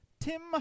Tim